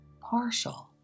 partial